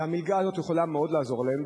והמלגה הזאת יכולה מאוד לעזור להן.